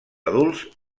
adults